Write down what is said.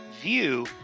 view